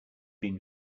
been